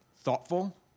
thoughtful